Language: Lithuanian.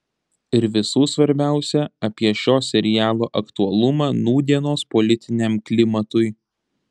ir visų svarbiausia apie šio serialo aktualumą nūdienos politiniam klimatui